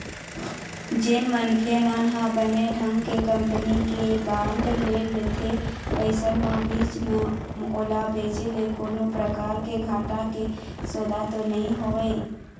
जेन मनखे मन ह बने ढंग के कंपनी के बांड ल लेथे अइसन म बीच म ओला बेंचे ले कोनो परकार के घाटा के सौदा तो नइ होवय